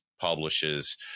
publishes